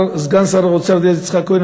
סגן שר האוצר דאז יצחק כהן,